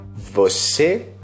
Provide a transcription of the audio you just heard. Você